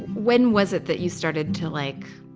when was it that you started to like,